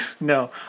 no